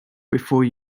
before